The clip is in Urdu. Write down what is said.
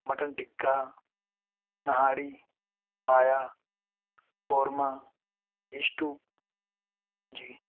mutton tikka nihari paya korma stew G